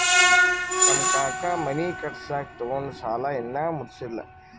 ನಮ್ ಕಾಕಾ ಮನಿ ಕಟ್ಸಾಗ್ ತೊಗೊಂಡ್ ಸಾಲಾ ಇನ್ನಾ ಮುಟ್ಸಿಲ್ಲ